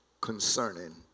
concerning